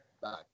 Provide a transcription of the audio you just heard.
Bye